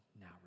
now